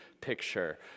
picture